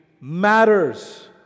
matters